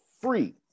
free